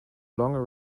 longer